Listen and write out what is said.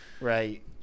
right